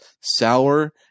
sour